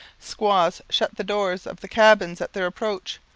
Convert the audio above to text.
squaws shut the doors of the cabins at their approach,